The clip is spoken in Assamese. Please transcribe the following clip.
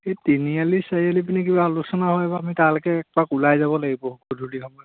এই তিনিআলি চাৰিআলি পিনে কিবা আলোচনা হয় বা আমি তালৈকে একপাক ওলাই যাব লাগিব সধূলি সময়ত